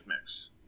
mix